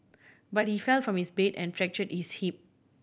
but he fell from his bed and fracture his hip